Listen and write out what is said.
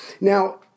Now